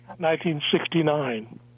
1969